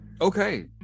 Okay